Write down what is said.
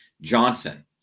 Johnson